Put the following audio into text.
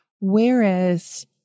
Whereas